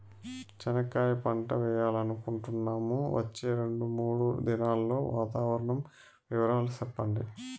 చెనక్కాయ పంట వేయాలనుకుంటున్నాము, వచ్చే రెండు, మూడు దినాల్లో వాతావరణం వివరాలు చెప్పండి?